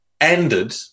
ended